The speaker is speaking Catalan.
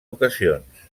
ocasions